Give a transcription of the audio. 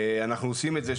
אנחנו עושים את זה,